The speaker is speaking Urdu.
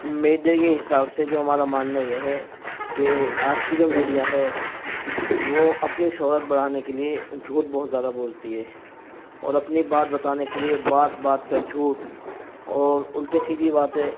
میڈیا کے حساب سے جو ہمارا ماننا یہ ہے کہ آج کی جو میڈیا ہے وہ اپنی شہرت بڑھانے کے لیے جھوٹ بہت زیادہ بولتی ہے اور اپنی بات بتانے کے لیے بات بات پہ جھوٹ اور الٹی سیدھی باتیں